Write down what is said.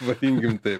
vadinkim taip